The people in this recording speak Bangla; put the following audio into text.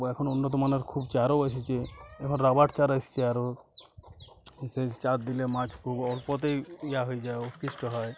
এখন উন্নতমানের খুব চারও এসেছে এখন রাবার চার এসেছে আরও সেই চার দিলে মাছ খুব অল্পতেই ইয়ে হয়ে যায় আকৃষ্ট হয়